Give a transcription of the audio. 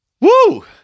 Woo